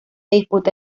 disputa